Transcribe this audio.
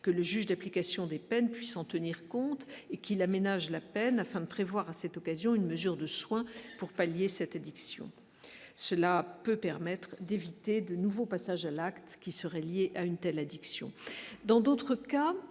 que le juge d'application des peines puisse en tenir compte et qu'il aménage la peine afin de prévoir à cette occasion, une mesure de soins pour pallier cette addiction, cela peut permettre d'éviter de nouveaux passages à l'acte qui seraient liés à une telle addiction dans d'autres cas,